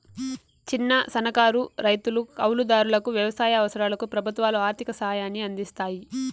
చిన్న, సన్నకారు రైతులు, కౌలు దారులకు వ్యవసాయ అవసరాలకు ప్రభుత్వాలు ఆర్ధిక సాయాన్ని అందిస్తాయి